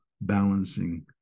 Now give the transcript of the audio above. balancing